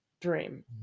dream